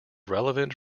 relevant